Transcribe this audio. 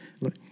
look